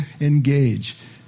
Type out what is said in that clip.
engage